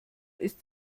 ist